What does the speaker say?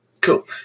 Cool